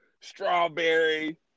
strawberry